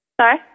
Sorry